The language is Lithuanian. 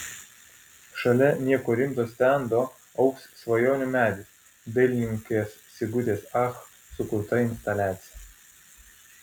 šalia nieko rimto stendo augs svajonių medis dailininkės sigutės ach sukurta instaliacija